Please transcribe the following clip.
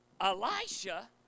Elisha